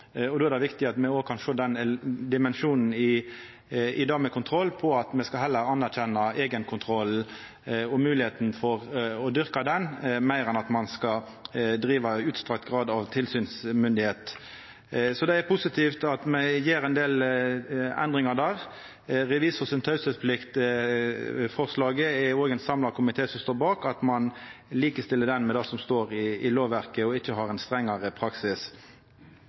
og då er det viktig at me òg kan sjå den dimensjonen i det med kontroll, at me skal anerkjenna eigenkontroll og moglegheita for å dyrka den, meir enn at ein skal driva utstrekt grad av tilsynsmyndigheit. Så det er positivt at me gjer ein del endringar der. Forslaget om revisor si teieplikt er det òg ein samla komité som står bak, at ein likestiller den med det som står i lovverket, og ikkje har ein strengare praksis.